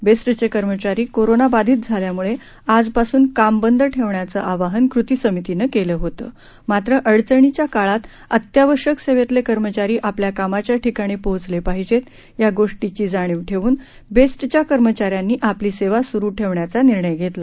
बेस्टचे कर्मचारी कोरोना बाधित झाल्यामुळे आजपासून काम बंद ठेवण्याचं आवाहन कृती समितीनं केलं होतं मात्र अडचणीच्या काळात अत्यावश्यक सेवेतले कर्मचारी आपल्या कामाच्या ठिकाणी पोहोचले पाहिजेत या गोष्टीची जाणीव ठेवून बेस्टच्या कर्मचाऱ्यांनी आपली सेवा सुरु ठेवण्याचा निर्णय घेतला